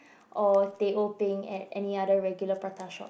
or teh O peng at any other regular prata shop